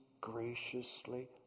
graciously